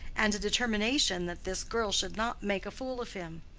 and a determination that this girl should not make a fool of him.